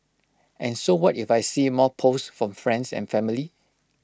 and so what if I see more posts from friends and family